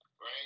right